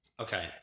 Okay